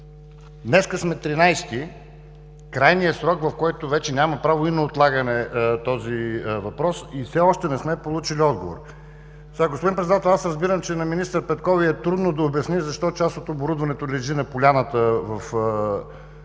Днес сме 13-ти – крайният срок, в който вече няма право и на отлагане този въпрос и все още не сме получили отговор. Господин Председател, аз разбирам, че на министър Петкова й е трудно да обясни защо част от оборудването лежи на поляната в Белене